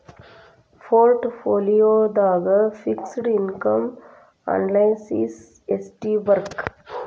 ಪೊರ್ಟ್ ಪೋಲಿಯೊದಾಗ fixed income analysis ಯೆಸ್ಟಿರ್ಬಕ್?